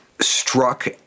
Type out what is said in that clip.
Struck